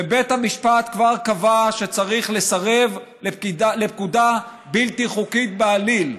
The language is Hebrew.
ובית המשפט כבר קבע שצריך לסרב לפקודה בלתי חוקית בעליל,